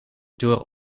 door